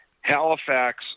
Halifax –